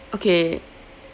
okay